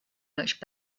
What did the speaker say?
much